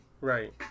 Right